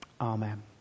Amen